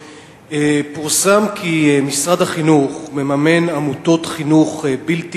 פורסם כי משרד החינוך מממן במיליוני שקלים עמותות חינוך בלתי